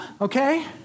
okay